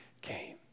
came